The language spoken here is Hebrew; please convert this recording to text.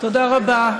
תודה רבה.